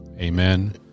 Amen